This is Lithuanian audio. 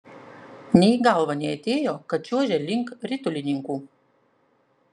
nė į galvą neatėjo kad čiuožia link ritulininkų